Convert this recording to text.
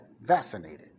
vaccinated